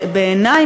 בעיני,